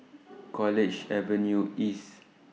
College Avenue East